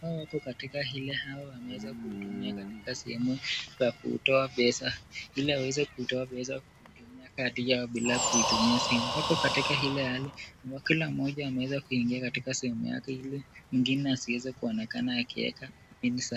Hawa wako katika ile hau wameweza kuhudumia katika sehemu, ya kutoa besa, ili aweze kutoa pesa kuitumia kadi yao bila kuitumia simu, wako latika ile hali ambao kila mmoja ameweza kuingia katika sehemu yake ili mwingine asieze kuonekata akieka, (cs)pin(cs) zake.